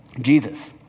Jesus